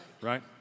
right